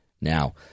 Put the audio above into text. Now